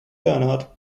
bernard